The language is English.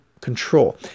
control